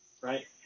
Right